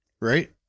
Right